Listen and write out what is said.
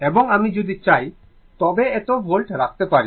এবং আমি যদি চাই তবে এত ভোল্ট রাখতে পারি